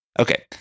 Okay